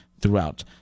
throughout